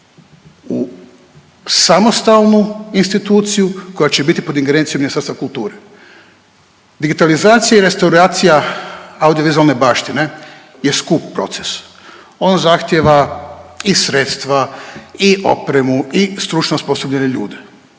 u samostalnu instituciju koja će bit pod ingerencijom Ministarstva kulture. Digitalizacija i restauracija audiovizualne baštine je skup proces, on zahtjeva i sredstva i opremu i stručno osposobljene ljude